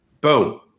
Boom